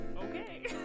okay